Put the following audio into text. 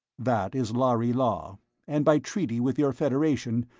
that is lhari law and by treaty with your federation,